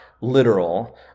literal